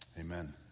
Amen